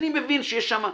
זאת אומרת,